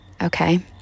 Okay